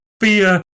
fear